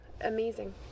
Amazing